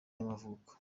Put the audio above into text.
y’amavuko